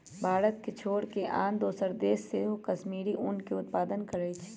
भारत के छोर कऽ आन दोसरो देश सेहो कश्मीरी ऊन के उत्पादन करइ छै